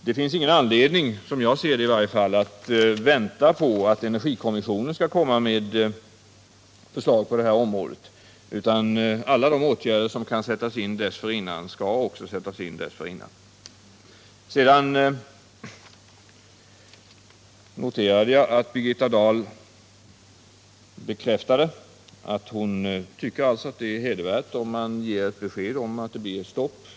Det finns ingen anledning, i varje fall som jag ser det, att vänta på att energikommissionen skall komma med förslag på det här området, utan alla de åtgärder som kan sättas in dessförinnan skall också sättas in dessförinnan. Jag noterade att Birgitta Dahl bekräftade att hon tycker att det är hedervärt om man ger besked om att det blir stopp.